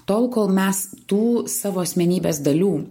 tol kol mes tų savo asmenybės dalių